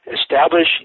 establish